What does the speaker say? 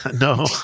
no